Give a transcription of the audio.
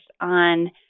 on